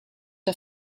der